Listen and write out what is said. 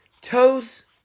Toes